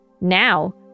Now